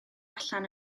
allan